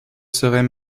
serait